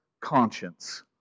conscience